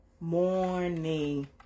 morning